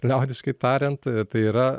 liaudiškai tariant tai yra